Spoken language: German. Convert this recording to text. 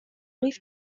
rief